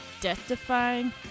death-defying